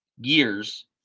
years